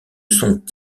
sont